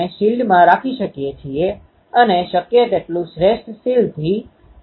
તેથી અહીં આપણે I1 ને પ્રવાહ I અને ખૂણો α સાથે ઉત્તેજીત કરી રહ્યા છીએ જ્યારે I2 એ જ પ્રવાહથી ઉતેજીત છે